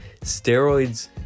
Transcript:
steroids